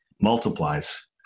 multiplies